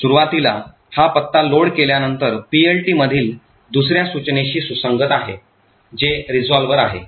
सुरुवातीला हा पत्ता लोड केल्यानंतर PLT मधील दुस या सूचनेशी सुसंगत आहे जे resolver आहे